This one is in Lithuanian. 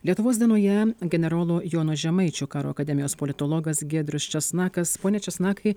lietuvos dienoje generolo jono žemaičio karo akademijos politologas giedrius česnakas pone česnakai